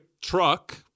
truck